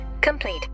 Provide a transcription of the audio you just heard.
complete